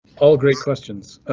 all great questions.